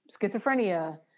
schizophrenia